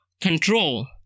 control